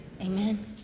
Amen